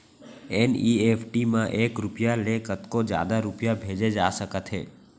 NEFT म एक रूपिया ले कतको जादा रूपिया भेजे जा सकत हे